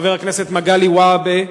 חבר הכנסת מגלי והבה,